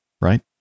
Right